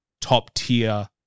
top-tier